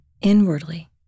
inwardly